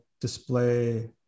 display